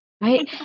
right